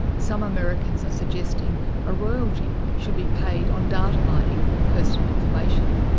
some americans are suggesting a royalty should be paid on data mining of personal information,